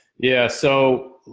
yeah. so